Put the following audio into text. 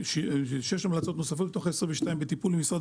שש המלצות נוספות מתוך 22 נמצאות בטיפול משרד